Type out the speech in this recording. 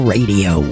Radio